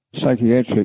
psychiatric